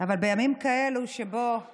אבל בימים כאלה, אני